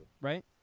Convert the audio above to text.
right